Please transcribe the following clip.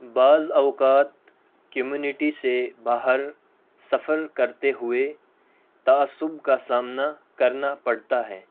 بعض اوقات کمیونٹی سے باہر سفر کرتے ہوئے تعصب کا سامنا کرنا پڑتا ہے